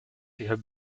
have